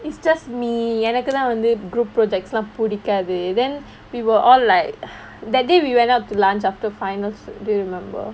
it's just me எனக்கு தான் வந்து:enakku thaan vanthu group projects புடிக்காது:pudikaathu then we were all like that day we went out to lunch after finals do you remember